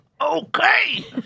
Okay